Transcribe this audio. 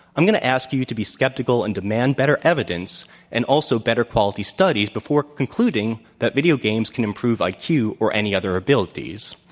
i'm going to ask you to be skeptical and demand better evidence and also better quality studies before concluding that video games can improve like iq or any other abilities.